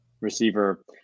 receiver